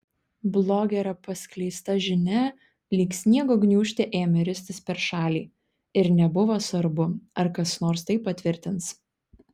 blogerio paskleista žinia lyg sniego gniūžtė ėmė ristis per šalį ir nebuvo svarbu ar kas nors tai patvirtins